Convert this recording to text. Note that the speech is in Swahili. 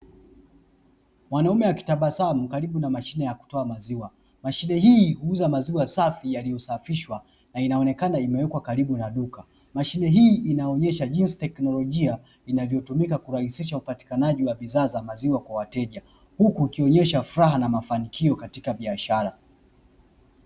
Mwanaume akitabasamu karibu na mashine ya kutoa maziwa, mashine hii huuza maziwa safi yaliyosafishwa na inaonekana imewekwa karibu na duka. Mashine hii inaonyesha jinsi teknolojia inavyotumika kurahisisha upatikanaji wa bidhaa za maziwa kwa wateja, huku ikionyesha furaha na mafanikio katika biashara.